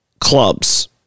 clubs